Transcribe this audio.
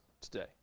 today